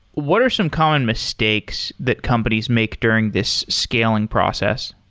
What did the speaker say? what are some common mistakes that companies make during this scaling process?